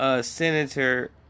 senator